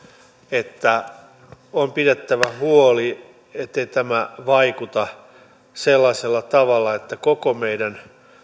että on pidettävä huoli ettei tämä vaikuta sellaisella tavalla että koko meidän